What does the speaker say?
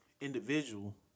individual